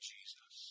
Jesus